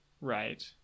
right